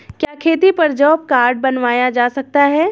क्या खेती पर जॉब कार्ड बनवाया जा सकता है?